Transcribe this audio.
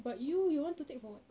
but you you want to take for what